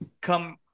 come